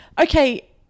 okay